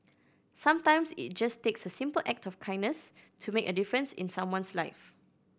sometimes it just takes a simple act of kindness to make a difference in someone's life